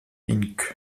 inc